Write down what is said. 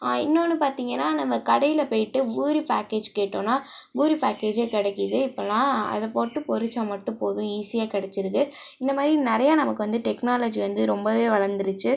இன்னொன்னு பார்த்தீங்கன்னா நம்ம கடையில் போயிட்டு பூரி பேக்கேஜ் கேட்டோனா பூரி பேக்கேஜ்ஜே கிடைக்கிது இப்போலாம் அதை போட்டு பெருச்சால் மட்டும் போதும் ஈஸியாக கிடைச்சிருது இந்தமாதிரி நிறையா நமக்கு வந்து டெக்னாலஜி வந்து ரொம்பவே வளர்ந்துருச்சு